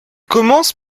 commence